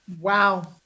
Wow